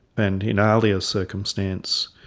and in ahlia's circumstance,